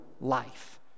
life